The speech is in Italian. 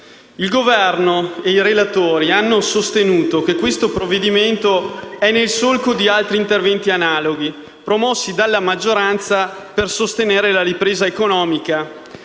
il Governo e i relatori hanno sostenuto che il provvedimento in esame si colloca nel solco di altri interventi analoghi, promossi dalla maggioranza per sostenere la ripresa economica.